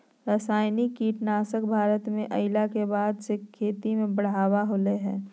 रासायनिक कीटनासक भारत में अइला के बाद से खेती में बढ़ावा होलय हें